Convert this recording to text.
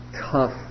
tough